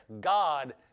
God